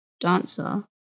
dancer